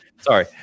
sorry